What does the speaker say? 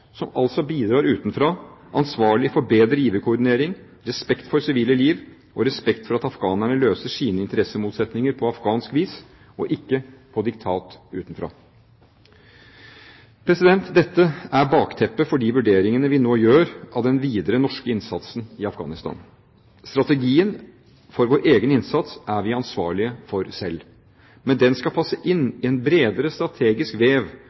som altså bidrar utenfra, ansvarlig for bedre giverkoordinering, respekt for sivile liv og respekt for at afghanerne løser sine interessemotsetninger på afghansk vis – og ikke på diktat utenfra. Dette er bakteppet for de vurderingene vi nå gjør av den videre norske innsatsen i Afghanistan. Strategien for vår egen innsats er vi ansvarlig for selv. Men den skal passe inn i en bredere strategisk vev